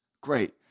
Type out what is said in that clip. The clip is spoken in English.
Great